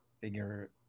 Figure